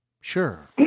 Sure